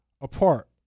apart